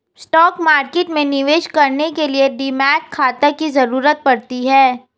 stock market में निवेश करने के लिए डीमैट खाता की जरुरत पड़ती है